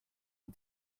had